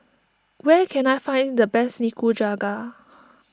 where can I find the best Nikujaga